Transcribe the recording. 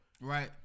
Right